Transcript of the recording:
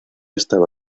estaba